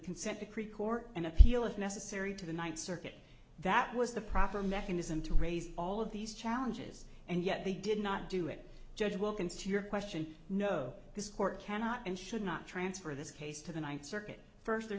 consent decree court and appeal if necessary to the ninth circuit that was the proper mechanism to raise all of these challenges and yet they did not do it judge wilkins to your question no this court cannot and should not transfer this case to the ninth circuit first